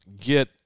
get